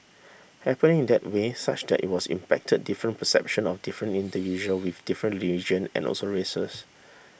happening in that way such that it was impacted different perception of different individual with different religion and also races